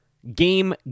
game